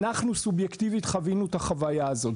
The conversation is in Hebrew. אנחנו סובייקטיבית חווינו את החוויה הזו.